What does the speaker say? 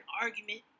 argument